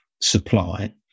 supply